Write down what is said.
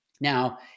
Now